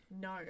No